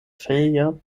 failure